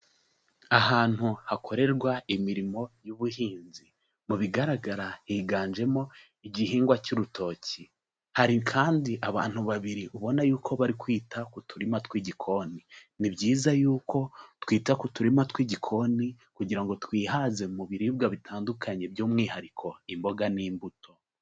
Ahantu hakorerwa imirimo y'ubuhinzi, mu bigaragara higanjemo igihingwa cy'urutoki, hari kandi abantu babiri ubona yuko bari kwita ku turima tw'igikoni. Ni byiza yuko twita ku turima tw'igikoni kugira ngo twihaze mu biribwa bitandukanye, by'umwihariko imboga n'imbuto.